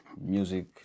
music